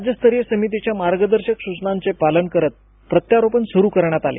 राज्यस्तरीय समितीच्या मार्गदर्शक सूचनांचे पालन करत प्रत्यारोपण सुरू करण्यात आले